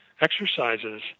exercises